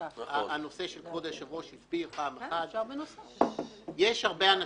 הנושא שכבוד היושב-ראש הסביר פעם אחת יש הרבה אנשים,